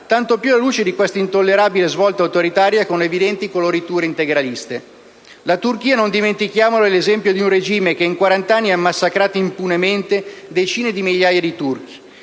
tanto più alla luce di questa intollerabile svolta autoritaria con evidenti coloriture integraliste. La Turchia, non dimentichiamolo, è l'esempio di un regime che in quarant'anni ha massacrato impunemente decine di migliaia di curdi.